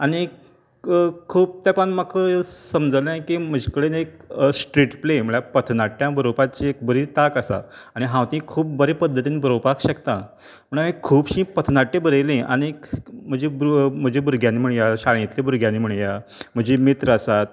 आनी खूब तेपान म्हाका समजलें की म्हजे कडेन एक स्ट्रीट प्ले म्हळ्यार पथनाट्यां बरोवपाची एक बरी तांक आसा आनी हांव ती खूब बरें पद्दतीन बरोवपाक शकता म्हणून हांवेन खूबशीं पथनाट्यां बरयलीं आनीक म्हजे भुरग भुरग्यांनी म्हणुया शाळेंतल्या भुरग्यांनी म्हणया म्हजीं मित्र आसात